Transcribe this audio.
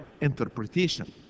interpretation